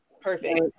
Perfect